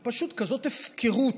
זו פשוט כזאת הפקרות.